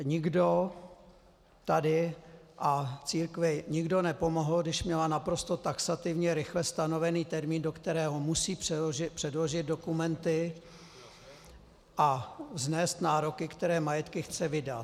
Nikdo tady a církvi nikdo nepomohl, když měla naprosto taxativně rychle stanovený termín, do kterého musí předložit dokumenty a vznést nároky, které majetky chce vydat.